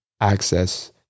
access